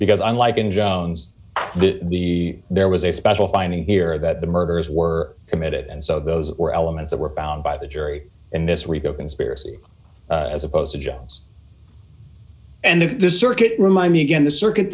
because unlike in john's the there was a special finding here that the murders were committed and so those were elements that were found by the jury in this rico conspiracy as opposed to giles and if the circuit remind me again the circuit